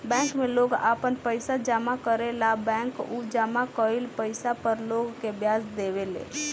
bank में लोग आपन पइसा जामा करेला आ बैंक उ जामा कईल पइसा पर लोग के ब्याज देवे ले